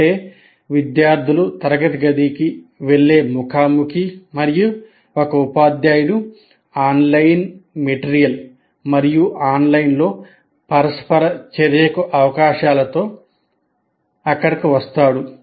అంటే విద్యార్థులు తరగతి గదికి వెళ్ళే ముఖాముఖి మరియు ఒక ఉపాధ్యాయుడు ఆన్లైన్ పదార్థాలు మరియు ఆన్లైన్లో పరస్పర చర్యకు అవకాశాలతో అక్కడకు వస్తాడు